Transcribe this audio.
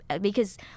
because-